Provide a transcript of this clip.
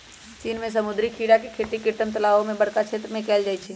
चीन में समुद्री खीरा के खेती कृत्रिम तालाओ में बरका क्षेत्र में कएल जाइ छइ